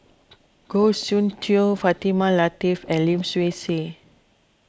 Goh Soon Tioe Fatimah Lateef and Lim Swee Say